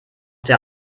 der